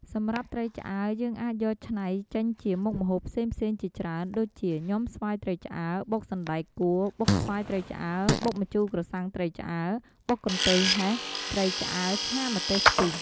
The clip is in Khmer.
សម្រាប់ត្រីឆ្អើរយើងអាចយកច្នៃចេញជាមុខម្ហូបផ្សេងៗជាច្រើន ដូចជាញាំស្វាយត្រីឆ្អើរ បុកសណ្ដែកគួរ បុកស្វាយត្រីឆ្អើរ បុកម្ជូរក្រសាំងត្រីឆ្អើរ បុកកន្ទុយហេះ ត្រីឆ្អើរឆាម្ទេសខ្ទិះ...។